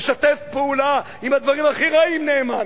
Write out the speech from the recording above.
משתף פעולה עם הדברים הכי רעים, נאמן.